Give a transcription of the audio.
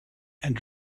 and